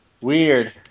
Weird